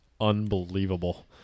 unbelievable